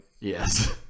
Yes